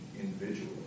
individually